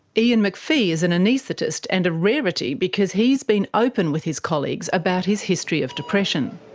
ian mcphee is an anaesthetist, and a rarity because he has been open with his colleagues about his history of depression.